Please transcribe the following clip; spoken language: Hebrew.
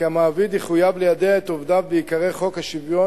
כי המעביד יחויב ליידע את עובדיו בעיקרי חוק שוויון